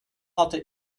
hatte